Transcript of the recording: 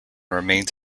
remains